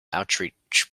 outreach